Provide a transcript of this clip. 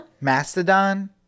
Mastodon